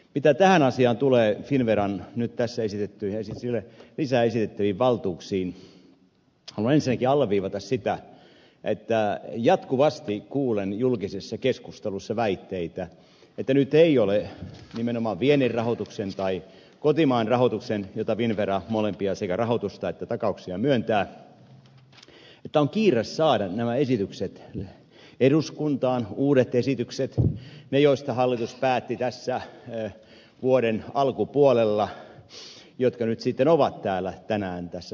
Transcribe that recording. mitä tähän asiaan tulee finnveran nyt tässä esitettyihin ja lisäesitettyihin valtuuksiin haluan ensinnäkin alleviivata sitä että jatkuvasti kuulen julkisessa keskustelussa väitteitä että nyt nimenomaan viennin rahoituksen tai kotimaan rahoituksen osalta joita finnvera molempia sekä rahoitusta että takauksia myöntää on kiire saada nämä esitykset eduskuntaan uudet esitykset ne joista hallitus päätti tässä vuoden alkupuolella ja jotka nyt sitten ovat täällä tänään tässä lähetekeskustelussa